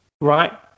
right